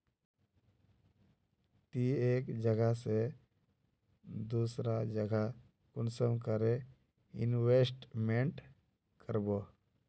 ती एक जगह से दूसरा जगह कुंसम करे इन्वेस्टमेंट करबो?